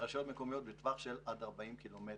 ורשויות מקומיות בטווח של עד 40 ק"מ.